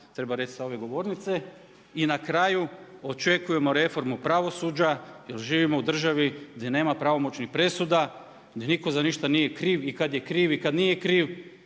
treba reći sa ove govornice. Na kraju očekujemo reformu pravosuđa jer živimo u državi gdje nema pravomoćnih presuda, gdje nitko za ništa nije kriv i kad je kriv i kad nije kriv.